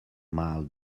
mile